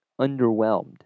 underwhelmed